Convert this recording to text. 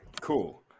Cool